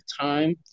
time